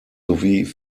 sowie